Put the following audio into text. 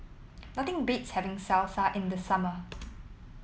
nothing beats having Salsa in the summer